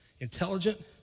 intelligent